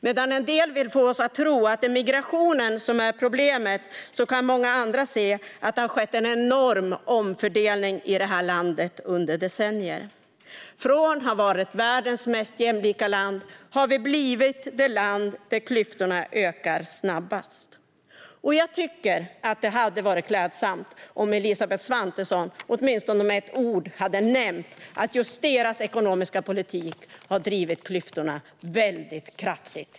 Medan en del vill få oss att tro att det är migrationen som är problemet kan många andra se att det har skett en enorm omfördelning i det här landet under decennier. Från att ha varit världens mest jämlika land har Sverige blivit det land där klyftorna ökar snabbast. Jag tycker att det hade varit klädsamt om Elisabeth Svantesson åtminstone med ett ord hade nämnt att just Moderaternas ekonomiska politik har ökat klyftorna väldigt kraftigt.